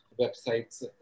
websites